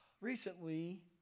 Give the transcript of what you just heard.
Recently